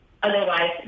Otherwise